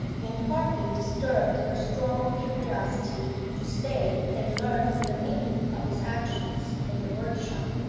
and hardly disturbed her strong curiosity to stay and learn the meaning of his actions in the workshop.